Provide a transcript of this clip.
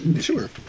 Sure